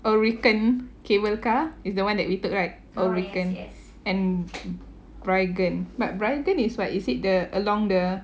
ulriken cable car it's the one that we took right ulriken and bryggen but bryggen is what is it the along the